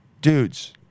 Dudes